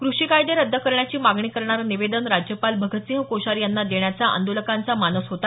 कृषी कायदे रद्द करण्याची मागणी करणारं निवेदन राज्यपाल भगतसिंह कोश्यारी यांना देण्याचा आंदोलकांचा मानस होता